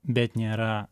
bet nėra